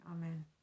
Amen